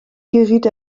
geriet